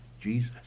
Jesus